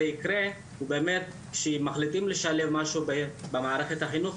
ייקרה הוא באמת שמחליטים לשלב משהו במערכת החינוך,